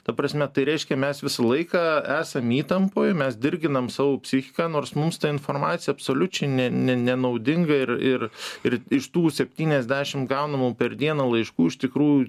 ta prasme tai reiškia mes visą laiką esam įtampoj mes dirginam savo psichiką nors mums ta informacija absoliučiai ne ne nenaudinga ir ir ir iš tų septyniasdešimt gaunamų per dieną laiškų iš tikrųjų